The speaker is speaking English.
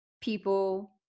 people